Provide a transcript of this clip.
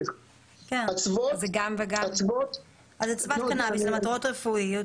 --- אצוות קנאביס למטרות רפואיות